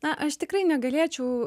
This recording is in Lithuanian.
na aš tikrai negalėčiau